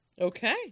Okay